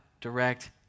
direct